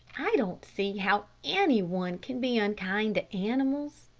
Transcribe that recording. i don't see how any one can be unkind to animals,